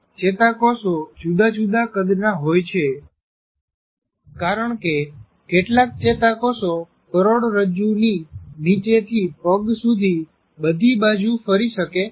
ચેતાકોષો જુદા જુદા કદના હોય છે કારણ કે કેટલાક ચેતાકોષો કરોડરજ્જુની નીચે થી પગ સુધી બધી બાજુ ફરી શકે છે